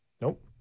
Nope